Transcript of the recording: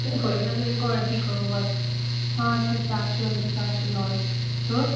হয়ে গেলো এরকম আর কি করবো বল মাত্র চারশো হয়েছে চারশো নয় তোর